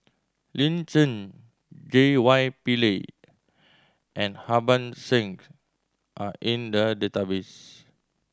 Lin Chen J Y Pillay and Harbans Singh are in the database